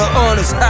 honest